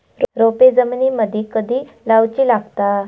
रोपे जमिनीमदि कधी लाऊची लागता?